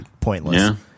pointless